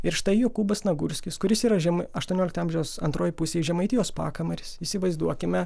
ir štai jokūbas nagurskis kuris yra žemai aštuoniolikto amžiaus antroj pusėj žemaitijos pakamanis įsivaizduokime